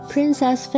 Princess